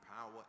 power